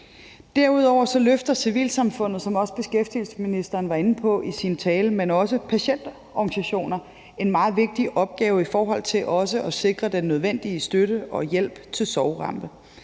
Derudover løfter civilsamfundet, som også beskæftigelsesministeren var inde på i sin tale, men også patientorganisationer en meget vigtig opgave i forhold til at sikre den nødvendige støtte og hjælp til sorgramte.